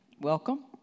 welcome